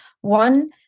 one